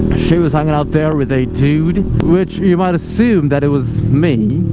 she was hanging out there with a dude which you might assume that it was me